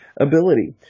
ability